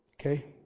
Okay